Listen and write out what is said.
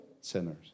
sinners